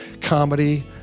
Comedy